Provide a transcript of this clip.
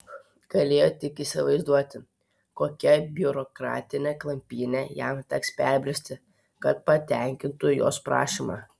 galėjo tik įsivaizduoti kokią biurokratinę klampynę jam teks perbristi kad patenkintų jos prašymą